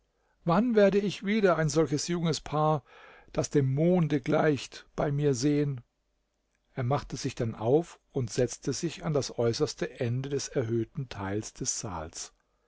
wann werde ich wieder ein solches junges paar das dem monde gleicht bei mir sehen er machte sich dann auf und setzte sich an das äußerste ende des erhöhten teils des saals